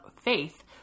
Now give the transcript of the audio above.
faith